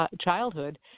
childhood